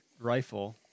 rifle